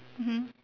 mmhmm